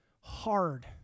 hard